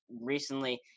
recently